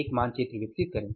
एक मानचित्र विकसित करें